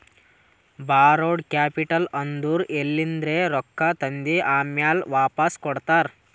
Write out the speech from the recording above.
ಬಾರೋಡ್ capital ಅಂದುರ್ ಎಲಿಂದ್ರೆ ರೊಕ್ಕಾ ತಂದಿ ಆಮ್ಯಾಲ್ ವಾಪಾಸ್ ಕೊಡ್ತಾರ